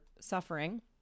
suffering